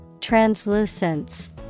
Translucence